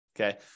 okay